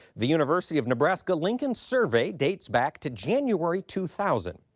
the university of nebraska lincoln survey dates back to january, two thousand.